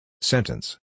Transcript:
Sentence